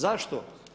Zašto?